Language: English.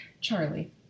Charlie